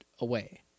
away